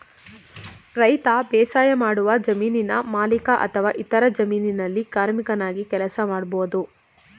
ರೈತ ಬೇಸಾಯಮಾಡುವ ಜಮೀನಿನ ಮಾಲೀಕ ಅಥವಾ ಇತರರ ಜಮೀನಲ್ಲಿ ಕಾರ್ಮಿಕನಾಗಿ ಕೆಲಸ ಮಾಡ್ಬೋದು